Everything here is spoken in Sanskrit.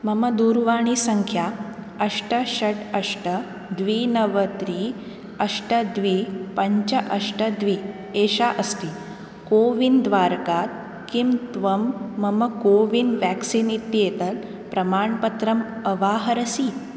मम दूरवाणीसङ्ख्या अष्ट षट् अष्ट द्वि नव त्रि अष्ट द्वि पञ्च अष्ट द्वि एषा अस्ति कोविन् द्वारकात् किं त्वं मम कोविन् व्याक्सीन् इत्येतत् प्रमाणपत्रम् अवाहरसि